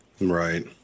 right